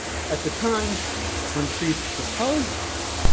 at the time when priest proposed this,